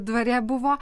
dvare buvo